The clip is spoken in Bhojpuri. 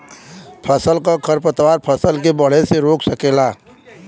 फसल क खरपतवार फसल के बढ़े से रोक देवेला